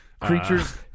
creatures